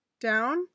down